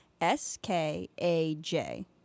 S-K-A-J